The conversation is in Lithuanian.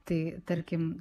tai tarkim